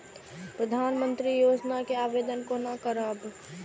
प्रधानमंत्री योजना के आवेदन कोना करब?